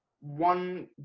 one